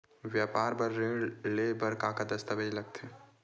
व्यापार बर ऋण ले बर का का दस्तावेज लगथे?